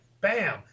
bam